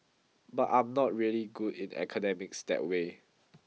but I'm not really good in academics that way